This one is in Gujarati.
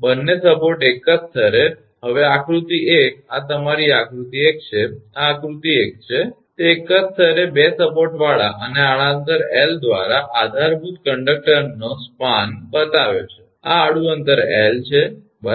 બંને સપોર્ટ એક જ સ્તરે હવે આકૃતિ એક આ તમારી આકૃતિ એક છે આ આકૃતિ એક છે તે એક જ સ્તરે 2 સપોર્ટવાળા અને આડા અંતર 𝐿 દ્વારા આધારભૂત કંડકટરનો સ્પાન બતાવે છે આ આડું અંતર 𝐿 છે બરાબર